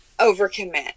overcommit